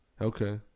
Okay